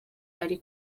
ari